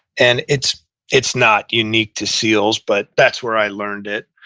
and it's it's not unique to seals, but that's where i learned it,